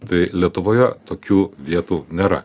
tai lietuvoje tokių vietų nėra